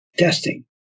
testing